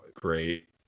great